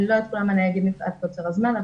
לא את כולם אני אגיד מפאת קוצר הזמן,